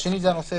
השנייה,